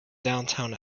downtown